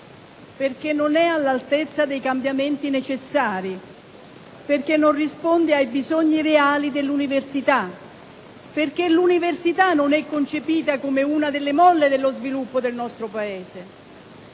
perché non è all'altezza dei cambiamenti necessari, perché non risponde ai bisogni reali dell'università, perché l'università non è concepita come una delle molle dello sviluppo del nostro Paese.